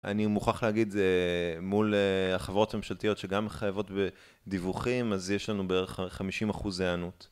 אני מוכרח להגיד, מול החברות הממשלתיות שגם חייבות בדיווחים, אז יש לנו בערך חמישים אחוז הענות.